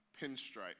pinstripe